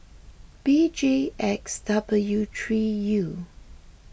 B J X W three U